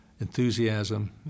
enthusiasm